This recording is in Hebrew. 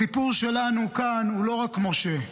הסיפור שלנו כאן הוא לא רק משה.